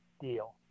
deal